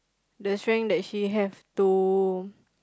the strength that she have to